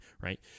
right